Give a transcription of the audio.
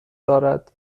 دارد